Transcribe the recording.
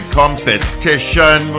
competition